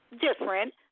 different